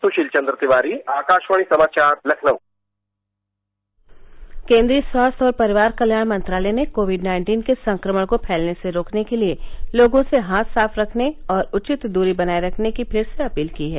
सुशील चंद्र तिवारी आकाशवाणी समाचार लखनऊ केन्द्रीय स्वास्थ्य और परिवार कल्याण मंत्रालय ने कोविड नाइन्टीन के संक्रमण को फैलने से रोकने के लिए लोगों से हाथ साफ रखने और उचित दूरी बनाए रखने की फिर से अपील की है